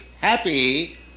happy